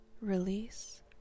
release